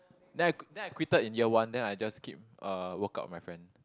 then I then I quitted in year one then I just keep uh workout with my friend